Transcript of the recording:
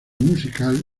musical